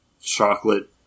chocolate